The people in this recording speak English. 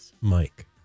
Mike